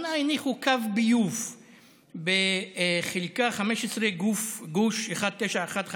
ולאחרונה הניחו קו ביוב בחלקה 15 גוש 19152